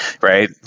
right